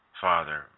Father